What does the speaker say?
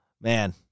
man